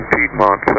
Piedmont